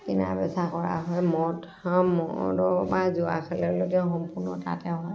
কিনা বেচা কৰা হয় মদ মদৰ পৰা জুৱা খেললৈকে সম্পূৰ্ণ তাতে হয়